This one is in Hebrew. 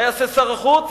מה יעשה שר החוץ?